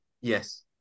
Yes